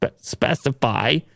specify